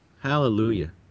Hallelujah